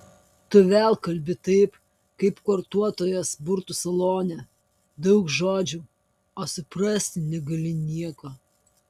tu vėl kalbi taip kaip kortuotojos burtų salone daug žodžių o suprasti negali nieko